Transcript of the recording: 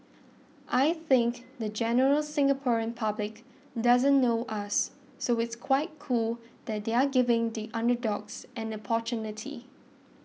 I think the general Singaporean public doesn't know us so it's quite cool that they're giving the underdogs an opportunity